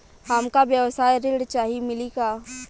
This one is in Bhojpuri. हमका व्यवसाय ऋण चाही मिली का?